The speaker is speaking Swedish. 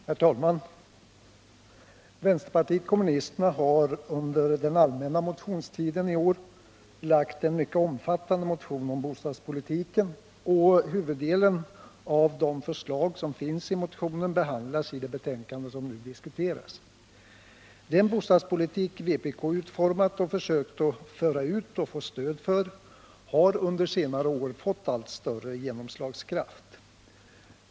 Herr talman! Vänsterpartiet kommunisterna har under den allmänna motionstiden i år väckt en mycket omfattande motion om bostadspolitiken, och huvuddelen av förslagen i motionen behandlas i det betänkande som nu diskuteras. Den bostadspolitik vpk utformat och försökt föra ut och få stöd för har under senare år fått allt större genomslagskraft.